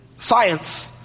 science